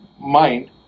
mind